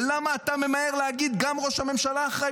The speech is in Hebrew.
ולמה אתה ממהר להגיד: גם ראש הממשלה אחראי,